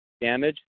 damage